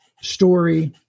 story